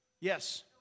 yes